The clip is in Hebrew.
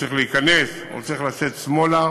כשצריך להיכנס או צריך לצאת שמאלה.